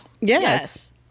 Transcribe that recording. Yes